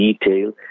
detail